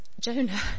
Jonah